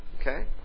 Okay